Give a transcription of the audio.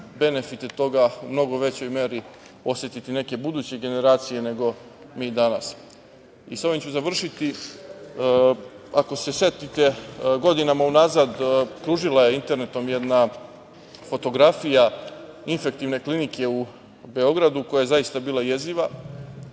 benefite toga u mnogo većoj meri osetiti buduće generacije nego mi danas.S ovim ću završiti. Ako se setite godinama unazad kružila je internetom jedna fotografija Infektivne klinike u Beogradu koja je zaista bila jeziva.